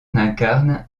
incarne